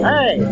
Hey